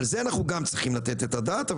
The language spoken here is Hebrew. על זה אנחנו גם צריכים לתת את הדעת,